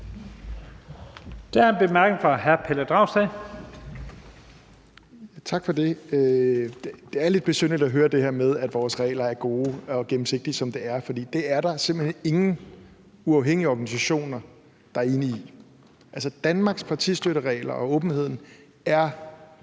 Pelle Dragsted. Kl. 15:53 Pelle Dragsted (EL): Tak for det. Det er lidt besynderligt at høre det her med, at vores regler er gode og gennemsigtige, som det er, for det er der simpelt hen ingen uafhængige organisationer der er enige i. Altså, Danmarks partistøtteregler og åbenheden om